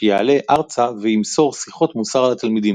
שיעלה ארצה וימסור שיחות מוסר לתלמידים.